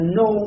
no